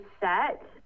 set